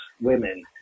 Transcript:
women